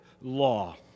law